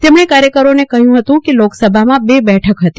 તેમણે કાર્યકરોન કહયં હત ક લોકસભામાં બે બેઠક હતી